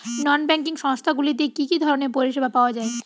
নন banking সংস্থা গুলিতে কি কি ধরনের পরিসেবা পাওয়া য়ায়?